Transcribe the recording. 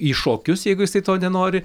į šokius jeigu jisai to nenori